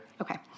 okay